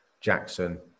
Jackson